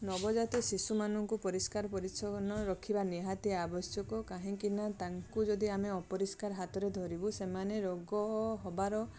ନବ ଜାତ ଶିଶୁମାନଙ୍କୁ ପରିସ୍କାର ପରିଚ୍ଛନ ରଖିବା ନିହାତି ଆବଶ୍ୟକ କାହିଁକିନା ତାଙ୍କୁ ଯଦି ଆମେ ଅପରିଷ୍କାର ହାତରେ ଧରିବୁ ସେମାନେ ରୋଗ ହବାର